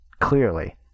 clearly